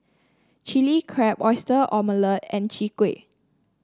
Chilli Crab Oyster Omelette and Chwee Kueh